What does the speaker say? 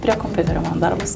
prie kompiuterio mano darbas